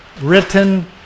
written